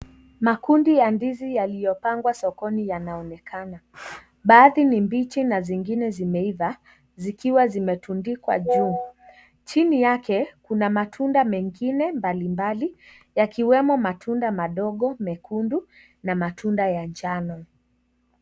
Makundi ya ndizi yaliyopangwa sokoni yanaonekana. Baadhi ni mbichi na zingine zimeiva, zikiwa zimetundikwa juu. Chini yake, kuna matunda mengine mbalimbali, yakiwemo matunda madogo mekundu na matunda ya njano.